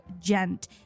gent